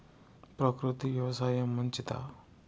ప్రకృతి వ్యవసాయం మంచిదా?